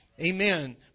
Amen